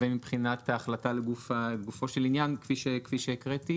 ומבחינת ההחלטה לגופו של עניין, כפי שהקראתי.